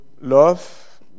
love